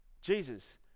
Jesus